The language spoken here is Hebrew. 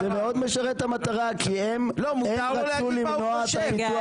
זה מאוד משרת את המטרה כי הם רצו למנוע את הפיתוח